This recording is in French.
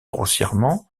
grossièrement